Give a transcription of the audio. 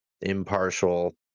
impartial